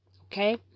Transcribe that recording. okay